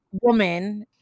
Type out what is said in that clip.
woman